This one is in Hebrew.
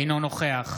אינו נוכח